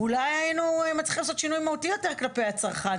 אולי היינו מצליחים לעשות שינוי מהותי יותר כלפי הצרכן.